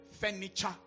furniture